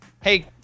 Hey